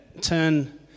turn